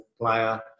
player